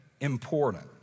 important